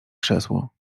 krzesło